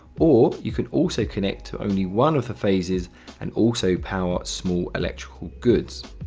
or you can also connect only one of the phases and also power small electrical goods.